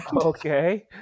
Okay